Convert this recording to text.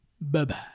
bye-bye